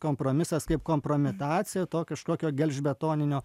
kompromisas kaip kompromitacija to kažkokio gelžbetoninio